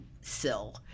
sill